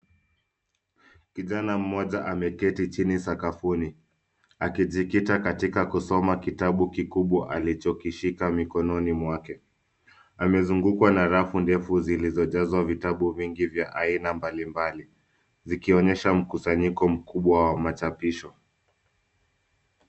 Kijana mmoja ameketi chini sakafuni akijikita katika kusoma kitabu kikubwa alichokishika mikononi mwake. Amezungukwa na rafu ndefu zilizojazwa vitabu vingi vya aina mbalimbali zikionyesha mkusanyiko mkubwa wa machapisho.